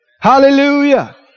Hallelujah